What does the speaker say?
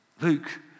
Luke